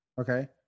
okay